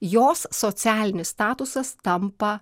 jos socialinis statusas tampa